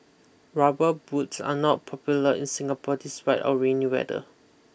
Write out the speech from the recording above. rubber boots are not popular in Singapore despite our rainy weather